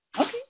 Okay